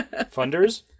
funders